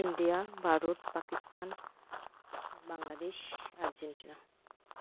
India Bharat Pakistan Bangladesh Argentina